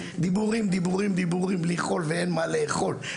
דיבורים דיבורים בלי חול ואין מה לאכול,